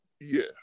yes